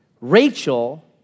Rachel